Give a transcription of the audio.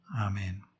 Amen